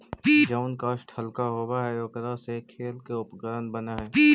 जउन काष्ठ हल्का होव हई, ओकरा से खेल के उपकरण बनऽ हई